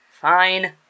Fine